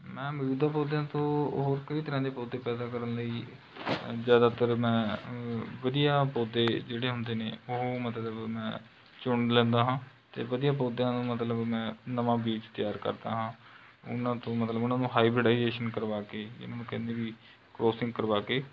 ਮੈਂ ਮੌਜੂਦਾ ਪੌਦਿਆਂ ਤੋਂ ਹੋਰ ਕਈ ਤਰਾਂ ਦੇ ਪੌਦੇ ਪੈਦਾ ਕਰਨ ਲਈ ਜ਼ਿਆਦਾਤਰ ਮੈਂ ਵਧੀਆ ਪੌਦੇ ਜਿਹੜੇ ਹੁੰਦੇ ਨੇ ਉਹ ਮਤਲਬ ਮੈਂ ਚੁਣ ਲੈਂਦਾ ਹਾਂ ਅਤੇ ਵਧੀਆ ਪੌਦਿਆਂ ਨੂੰ ਮਤਲਬ ਮੈਂ ਨਵਾਂ ਬੀਜ ਤਿਆਰ ਕਰਦਾ ਹਾਂ ਉਹਨਾਂ ਤੋਂ ਮਤਲਬ ਉਹਨਾਂ ਨੂੰ ਹਾਈਬ੍ਰਿਡਾਈਜੇਸ਼ਨ ਕਰਵਾ ਕੇ ਜਿਹਨਾਂ ਨੂੰ ਕਹਿੰਦੇ ਵੀ ਕ੍ਰੋਸਿੰਗ ਕਰਵਾ ਕੇ